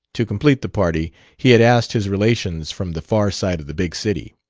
to complete the party he had asked his relations from the far side of the big city.